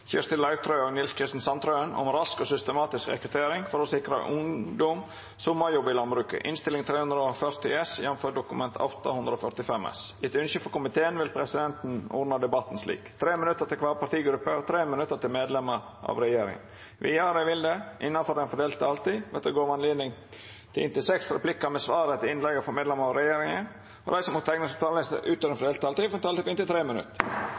om ordet til sakene nr. 1 og 2. Etter ønske frå næringskomiteen vil presidenten ordna debatten slik: 3 minutt til kvar partigruppe og 3 minutt til medlemer av regjeringa. Vidare vil det – innanfor den fordelte taletida – verta gjeve høve til inntil seks replikkar med svar etter innlegg frå medlemer av regjeringa, og dei som måtte teikna seg på talarlista utover den fordelte taletida, får òg ei taletid på inntil 3 minutt.